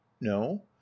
No